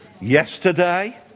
yesterday